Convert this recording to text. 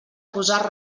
posar